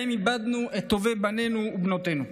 שבו איבדנו את טובי בנינו ובנותיהם,